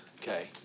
okay